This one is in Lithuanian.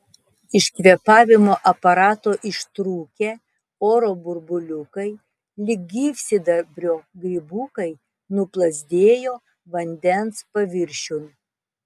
iš kvėpavimo aparato ištrūkę oro burbuliukai lyg gyvsidabrio grybukai nuplazdėjo vandens paviršiun